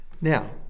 Now